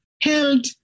held